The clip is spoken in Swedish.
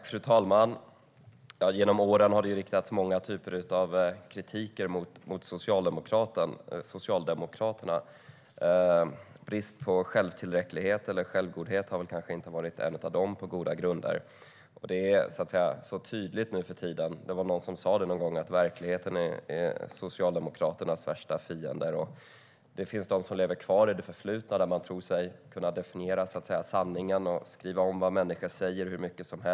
Fru talman! Genom åren har det riktats många typer av kritik mot Socialdemokraterna. Det har kanske inte handlat om brist på självtillräcklighet eller självgodhet. Det är tydligt nu för tiden. Det var någon som sa en gång att verkligheten är Socialdemokraternas värsta fiende. Det finns de som lever kvar i det förflutna, där de tror sig kunna definiera sanningen och skriva om vad en människa säger hur mycket som helst.